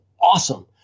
awesome